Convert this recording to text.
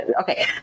okay